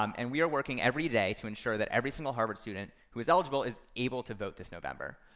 um and we are working every day to ensure that every single harvard student who is eligible is able to vote this november.